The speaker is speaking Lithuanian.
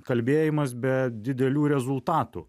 kalbėjimas be didelių rezultatų